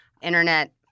internet